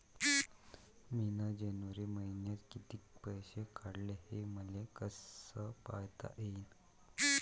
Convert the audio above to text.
मिन जनवरी मईन्यात कितीक पैसे काढले, हे मले कस पायता येईन?